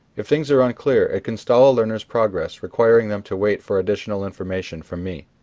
if things are unclear it can stall a learner's progress, requiring them to wait for additional information from me.